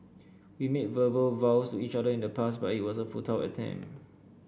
we made verbal vows each other in the past but it was a futile attempt